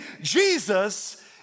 Jesus